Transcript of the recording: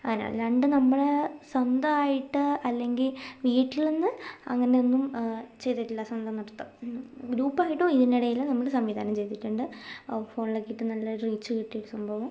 അങ്ങനെയല്ലാണ്ട് നമ്മളെ സ്വന്തമായിട്ട് അല്ലെങ്കിൽ വീട്ടിൽനിന്ന് അങ്ങനെയൊന്നും ചെയ്തിട്ടില്ല സ്വന്തം നൃത്തം ഗ്രൂപ്പായിട്ട് ഇതിനിടയിൽ നമ്മൾ സംവിധാനം ചെയ്തിട്ടുണ്ട് ഫോണിലൊക്കെ ഇട്ട് നല്ല റീച്ച് കിട്ടിയ ഒരു സംഭവം